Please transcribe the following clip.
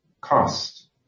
cost